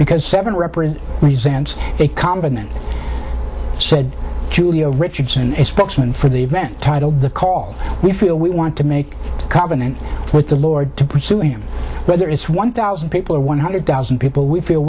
ecause seven represent resent a convent said julio richardson a spokesman for the event titled the call we feel we want to make a covenant with the lord to pursue him whether it's one thousand people or one hundred thousand people we feel